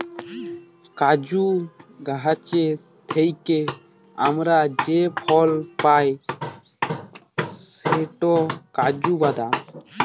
কাজু গাহাচ থ্যাইকে আমরা যে ফল পায় সেট কাজু বাদাম